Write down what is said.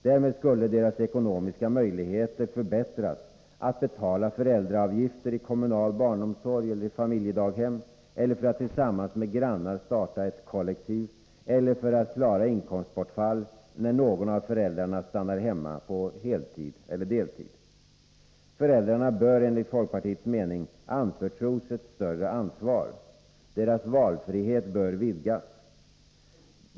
Därmed skulle deras ekonomiska möjligheter förbättras att betala föräldraavgifter i kommunal barnomsorg eller i familjedaghem; för att tillsammans med grannar starta ett kollektiv eller för att klara inkomstbortfall när någon av föräldrarna stannar hemma på heltid eller deltid. Föräldrarna bör enligt folkpartiets mening anförtros större ansvar. Deras valfrihet bör vidgas.